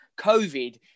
COVID